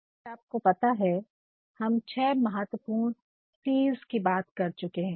जैसा की आपको पता है हम छ महत्वपूर्णC's की बात कर चुके है